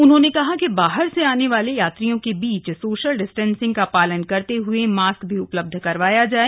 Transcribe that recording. उन्होंने कहा कि बाहर से आने वाले यात्रियों के बीच सोशल डिस्टेंसिंग का पालन करते हुए मास्क भी उपलब्ध करवाया जाए